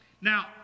Now